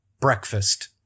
breakfast